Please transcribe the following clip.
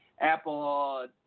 Apple